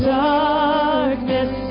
darkness